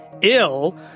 ill